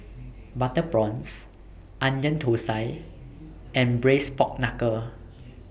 Butter Prawns Onion Thosai and Braised Pork Knuckle